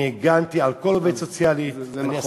אני הגנתי על כל עובד סוציאלי, זה נכון.